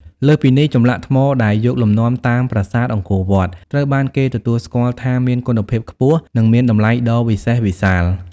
លើសពីនេះ ចម្លាក់ថ្មដែលយកលំនាំតាមប្រាសាទអង្គរវត្ត ត្រូវបានគេទទួលស្គាល់ថាមានគុណភាពខ្ពស់ និងមានតម្លៃដ៏វិសេសវិសាល។